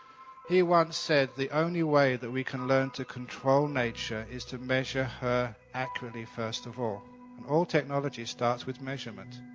he once said that the only way that we can learn to control nature is to measure her accurately first of all. all technology starts with measurement,